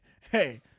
hey